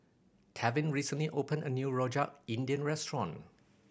Tevin recently opened a new Rojak India restaurant